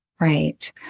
right